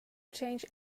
change